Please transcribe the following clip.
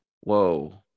Whoa